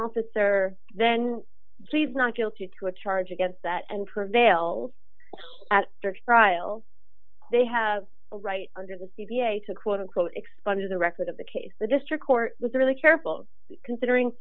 officer then he's not guilty to a charge against that and prevails at church trial they have a right under the c p a to quote unquote expunged the record of the case the district court was really careful considering